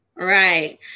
right